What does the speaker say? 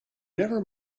never